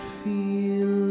feel